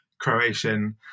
Croatian